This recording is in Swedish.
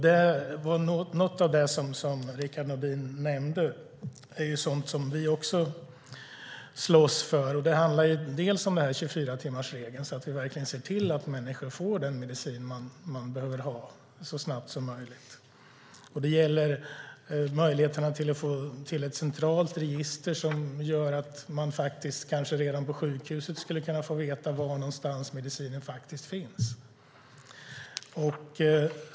Något av det Rickard Nordin nämnde är sådant som vi också slåss för. Det handlar om 24-timmarsregeln och att vi verkligen ser till att människor får den medicin de behöver ha så snabbt som möjligt. Det gäller även möjligheterna att få till ett centralt register som gör att man kanske redan på sjukhuset skulle kunna få veta var någonstans medicinen finns.